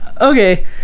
Okay